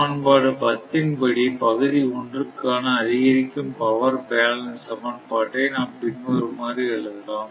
சமன்பாடு 10 ன் படி பகுதி 1 க்காண அதிகரிக்கும் பவர் பேலன்ஸ் சமன்பாட்டை நாம் பின்வருமாறு எழுதலாம்